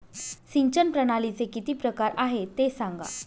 सिंचन प्रणालीचे किती प्रकार आहे ते सांगा